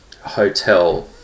hotel